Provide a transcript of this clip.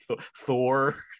Thor